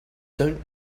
don’t